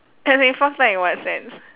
as in fucked up in what sense